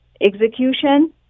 execution